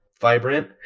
vibrant